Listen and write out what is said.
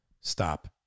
Stop